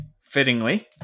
fittingly